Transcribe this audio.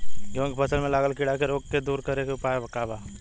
गेहूँ के फसल में लागल कीड़ा के रोग के दूर करे के उपाय का बा?